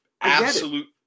absolute